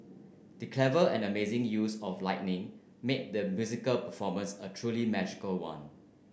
the clever and amazing use of lighting made the musical performance a truly magical one